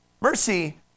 Mercy